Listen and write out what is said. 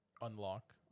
unlock